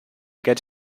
get